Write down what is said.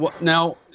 now